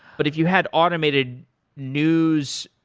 but if you had automated news,